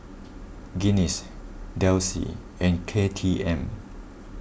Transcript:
Guinness Delsey and K T M